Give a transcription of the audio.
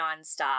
nonstop